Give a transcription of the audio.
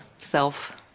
self